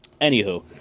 Anywho